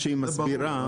זה לא מה שאני אומרת.